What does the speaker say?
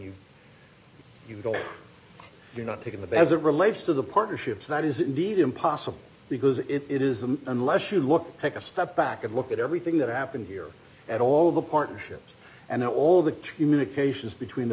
if you don't you're not taking the besant relates to the partnerships that is indeed impossible because it is them unless you look take a step back and look at everything that happened here at all of the partnerships and all the communications between the